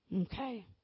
Okay